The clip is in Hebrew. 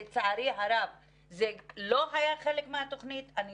לצערי הרב זה לא היה חלק מתוכנית העבודה